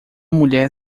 mulher